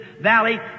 valley